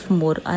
more